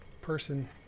person